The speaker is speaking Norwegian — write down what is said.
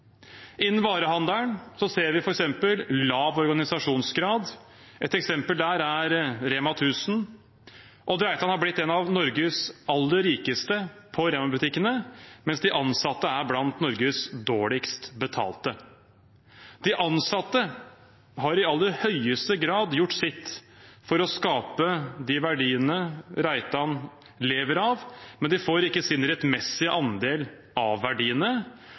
Innen varehandel ser vi at det er lav organisasjonsgrad. Et eksempel på det er Rema 1000. Odd Reitan er blitt en av Norges aller rikeste på Rema-butikkene, mens de ansatte er blant Norges dårligst betalte. De ansatte har i aller høyeste grad gjort sitt for å skape de verdiene Reitan lever av, men de får ikke sin rettmessige andel av verdiene.